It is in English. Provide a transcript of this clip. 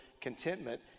contentment